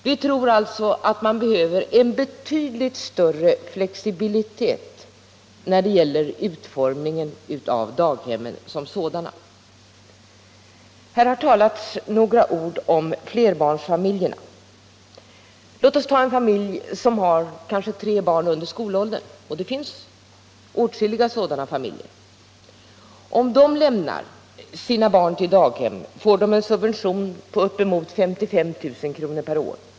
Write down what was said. Vi tror alltså att man behöver en betydligt större flexibilitet när det gäller utformningen av daghemmen som sådana. ; Här har talats några ord om flerbarnsfamiljerna. Låt oss ta en familj som har kanske tre barn under skolåldern — det finns åtskilliga sådana familjer. Om de lämnar sina barn på daghem får de en subvention på uppemot 55 000 kr. per år.